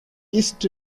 east